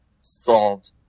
solved